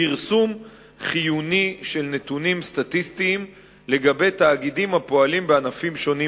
פרסום חיוני של נתונים סטטיסטיים לגבי תאגידים הפועלים בענפים שונים